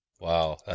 Wow